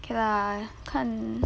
K lah 看